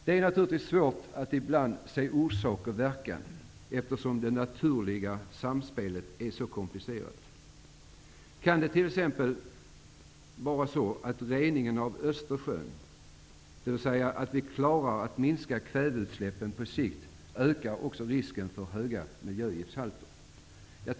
Det är naturligtvis svårt ibland att se orsak och verkan, eftersom det naturliga samspelet är så komplicerat. Kan det t.ex. vara så att ''reningen'' av Östersjön, dvs. att vi klarar att minska kväveutsläppen på sikt, medför en ökad risk för höga miljögiftshalter?